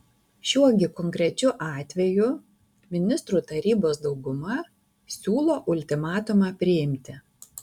šiuo gi konkrečiu atveju ministrų tarybos dauguma siūlo ultimatumą priimti